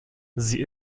sie